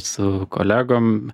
su kolegom